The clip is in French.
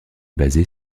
basée